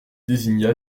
désigna